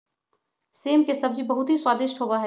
सेम के सब्जी बहुत ही स्वादिष्ट होबा हई